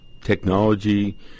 technology